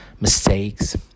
mistakes